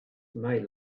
may